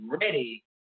ready